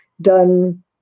done